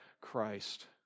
Christ